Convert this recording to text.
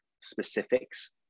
specifics